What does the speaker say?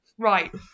Right